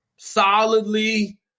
solidly